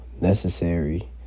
necessary